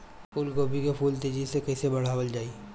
फूल गोभी के फूल तेजी से कइसे बढ़ावल जाई?